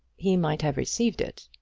he might have received it.